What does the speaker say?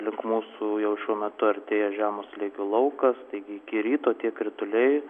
link mūsų jau šiuo metu artėja žemo slėgio laukas taigi iki ryto tie krituliai